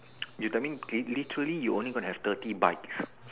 you tell me literally you only going to have thirty bites